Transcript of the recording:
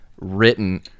written